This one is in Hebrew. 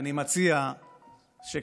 אני מציע שקצת,